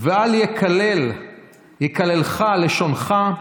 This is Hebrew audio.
ואל יקללך לשונך,